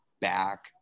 back